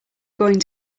going